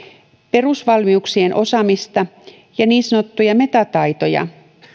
perusvalmiuksien osaamista ja niin sanottuja metataitoja